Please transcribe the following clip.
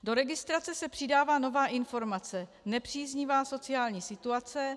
Do registrace se přidává nová informace nepříznivá sociální situace.